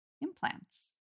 implants